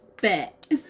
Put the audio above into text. Bet